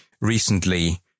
Recently